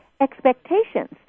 expectations